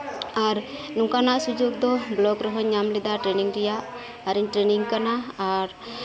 ᱟᱨ ᱱᱚᱝᱠᱟᱱᱟᱜ ᱥᱩᱡᱳᱜ ᱫᱚ ᱵᱚᱞᱚᱠ ᱨᱮᱦᱚᱧ ᱧᱟᱢ ᱞᱮᱫᱟ ᱴᱮᱨᱱᱤᱝ ᱨᱮᱭᱟᱜ ᱟᱨᱤᱧ ᱴᱮᱨᱱᱤᱝ ᱟᱠᱟᱱᱟ